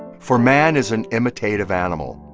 for man is an imitative animal